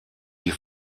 die